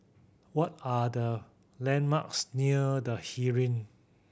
what are the landmarks near The Heeren